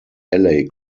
alley